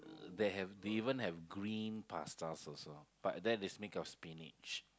they have they even have green pasta also but that is made of spinach